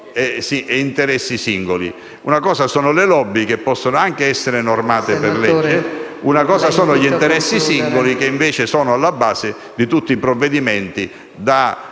e interessi singoli. Una cosa sono le *lobby*, che possono anche essere normate per legge, un'altra sono gli interessi singoli che sono alla base di tutti i provvedimenti, dai